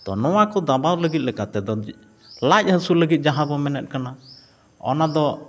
ᱛᱳ ᱱᱚᱣᱟ ᱠᱚ ᱫᱟᱵᱟᱣ ᱞᱟᱹᱜᱤᱫ ᱞᱮᱠᱟ ᱛᱮᱫᱚ ᱞᱟᱡ ᱦᱟᱹᱥᱩ ᱞᱟᱹᱜᱤᱫ ᱡᱟᱦᱟᱸ ᱵᱚᱱ ᱢᱮᱱᱮᱫ ᱠᱟᱱᱟ ᱚᱱᱟᱫᱚ